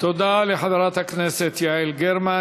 תודה לחברת הכנסת יעל גרמן.